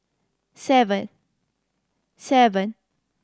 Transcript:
seven seven